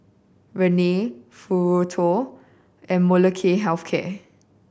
Rene Futuro and Molnylcke Health Care